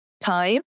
time